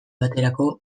baterako